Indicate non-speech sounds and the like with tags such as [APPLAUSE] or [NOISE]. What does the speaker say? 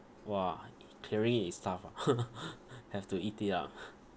!wah! clearing is tough ah [LAUGHS] have to eat it ah